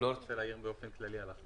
לדעתי, הוא רוצה להעיר באופן כללי אחר כך.